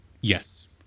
Yes